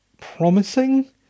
promising